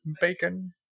bacon